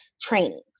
trainings